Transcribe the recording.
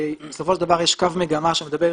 בסופו של דבר יש קו מגמה שמדבר